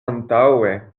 antaŭe